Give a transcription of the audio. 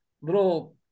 little